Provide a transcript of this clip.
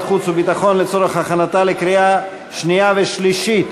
החוץ והביטחון לצורך הכנתה לקריאה שנייה ושלישית.